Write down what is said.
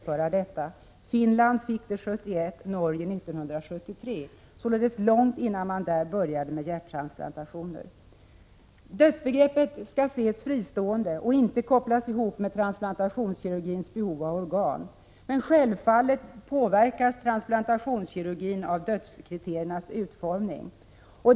Finland fick det 1971 och Norge 1973 — således långt innan man där började med hjärttransplantationer. Dödsbegreppet skall ses fristående och inte kopplas ihop med transplantationskirurgins behov av organ. Men självfallet påverkas transplantationskirurgin av dödskriteriernas utformning.